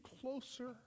closer